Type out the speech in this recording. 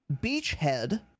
Beachhead